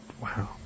wow